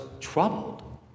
troubled